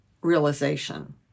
realization